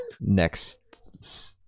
next